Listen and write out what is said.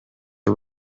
are